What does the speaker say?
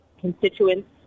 constituents